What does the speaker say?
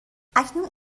اکنون